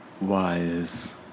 Wise